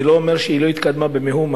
אני לא אומר שהיא לא התקדמה במאומה,